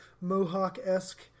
mohawk-esque